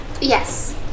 Yes